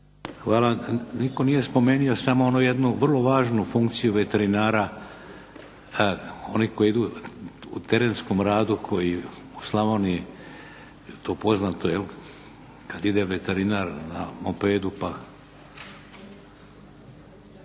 Hvala. Nitko nije spomenuo samo onu jednu vrlo važnu funkciju veterinara, oni koji idu u terenskom radu, koji u Slavoniji to je poznato, kad ide veterinar na mopedu pa,